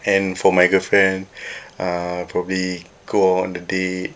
and for my girlfriend uh probably go out on a date